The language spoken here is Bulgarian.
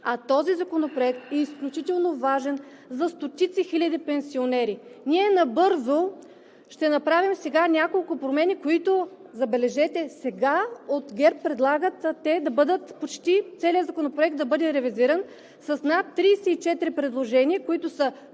А този законопроект е изключително важен за стотици хиляди пенсионери. Ние набързо ще направим сега няколко промени, които, забележете, от ГЕРБ предлагат почти целият законопроект да бъде ревизиран с над 34 предложения, които са